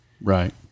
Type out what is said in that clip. right